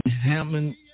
Hammond